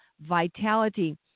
vitality